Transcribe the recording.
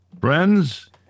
friends